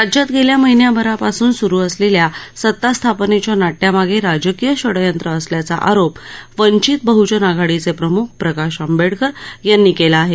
राज्यात गेल्या महिनाभरापासून सूरु असलेल्या सतास्थापनेच्या नाट्यामागे राजकीय षड्यंत्र असल्याचा आरोप वंचित बहजन आघाडीचे प्रमुख प्रकाश आंबेडकर यांनी केला आहे